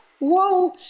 whoa